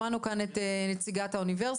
שמענו כאן את נציגת האוניברסיטה.